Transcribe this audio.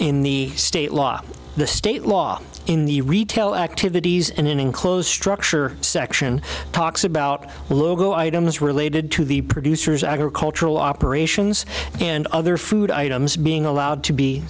in the state law the state law in the retail activities and in enclosed structure section talks about logo items related to the producers agricultural operations and other food items being allowed to be